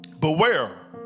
Beware